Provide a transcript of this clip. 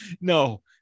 no